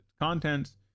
contents